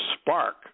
spark